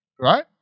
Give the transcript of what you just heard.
Right